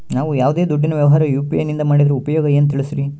ನಾವು ಯಾವ್ದೇ ದುಡ್ಡಿನ ವ್ಯವಹಾರ ಯು.ಪಿ.ಐ ನಿಂದ ಮಾಡಿದ್ರೆ ಉಪಯೋಗ ಏನು ತಿಳಿಸ್ರಿ?